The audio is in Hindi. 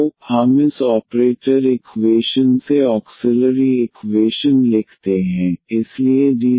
तो हम इस ऑपरेटर इक्वेशन से ऑक्सिलरी इक्वेशन लिखते हैं इसलिए D2a1Da2y0